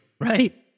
right